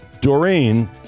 Doreen